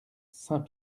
saint